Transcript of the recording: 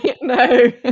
No